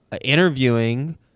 interviewing